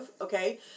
okay